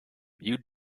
you